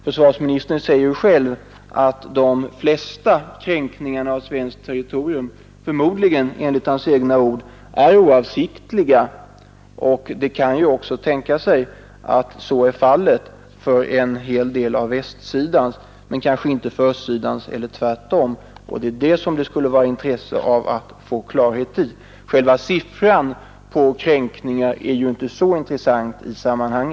Försvarsministern säger själv att de allra flesta kränkningarna av svenskt territorium förmodligen — enligt hans egna ord — är oavsiktliga, och det kan ju också tänkas att så är fallet för en hel del båtar från västsidan, men kanske inte från östsidan. Det är detta som det skulle vara av intresse att få klarhet i. Själva siffran på antalet kränkningar är ju inte så betydelsefull i detta sammanhang.